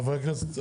חברי הכנסת,